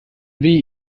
weh